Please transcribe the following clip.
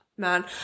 Man